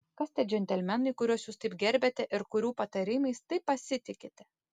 kas tie džentelmenai kuriuos jūs taip gerbiate ir kurių patarimais taip pasitikite